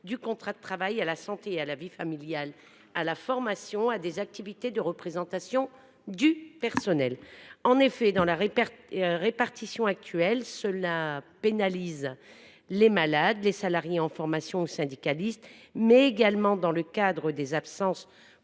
du contrat de travail, à la santé et à la vie familiale, à la formation, à des activités de représentation du personnel. En effet, le mode actuel de répartition pénalise les malades, les salariés en formation ou syndicalistes, mais également, pour ce qui est des absences